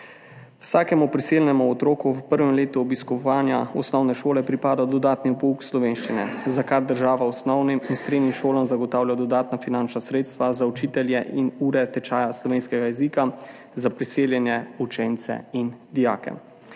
Vsakemu priseljenemu otroku v prvem letu obiskovanja osnovne šole pripada dodaten pouk slovenščine, za kar država osnovnim in srednjim šolam zagotavlja dodatna finančna sredstva za učitelje in ure tečaja slovenskega jezika za priseljene učence in dijake.